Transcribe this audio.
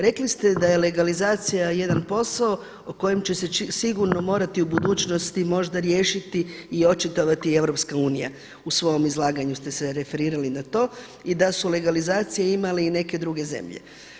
Rekli ste da je legalizacija jedan posao o kojem će se sigurno morati u budućnosti možda riješiti i očitovati Europska unija, u svom izlaganju ste se referirali na to i da su legalizacije imale i neke druge zemlje.